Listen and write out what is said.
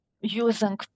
using